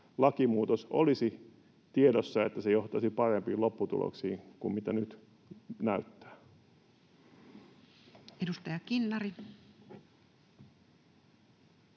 että olisi tiedossa, että tämä lakimuutos johtaisi parempiin lopputuloksiin kuin miltä nyt näyttää. Edustaja Kinnari.